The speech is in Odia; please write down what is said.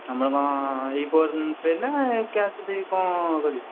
ତୁମର କ'ଣ ଏଇ ଫୋନ୍ ପେ'ରେ ନା କ୍ୟାସ୍ରେ ଦେବି କ'ଣ କରିବି